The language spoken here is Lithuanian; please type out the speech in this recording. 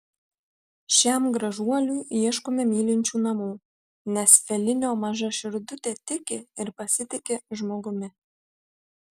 šiam gražuoliui ieškome mylinčių namų nes felinio maža širdutė tiki ir pasitiki žmogumi